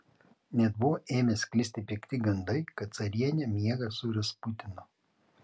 net buvo ėmę sklisti pikti gandai kad carienė miega su rasputinu